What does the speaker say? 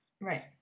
right